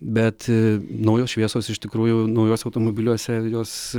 bet naujos šviesos iš tikrųjų naujuose automobiliuose jos